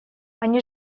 они